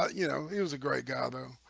you know he was a great guy though